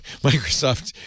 Microsoft